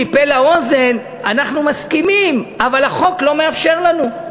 מפה לאוזן: אנחנו מסכימים אבל החוק לא מאפשר לנו.